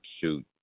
Shoot